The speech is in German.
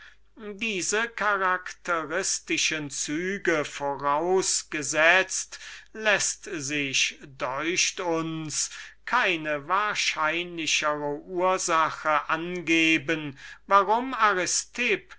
diese charakteristische züge vorausgesetzt läßt sich deucht uns keine wahrscheinlichere ursache angeben warum